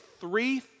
three